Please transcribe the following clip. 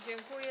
Dziękuję.